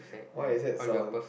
what is that sound